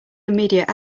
immediate